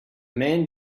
man